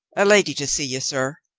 a lady to see you, sir.